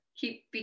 Keep